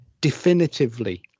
definitively